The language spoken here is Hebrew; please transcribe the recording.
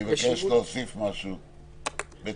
והכול בהתאם לתנאים שנקבעו בתקנות כאמור בסעיף 8. אני מבקש להוסיף בית